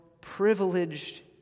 privileged